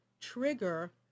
trigger